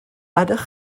ydych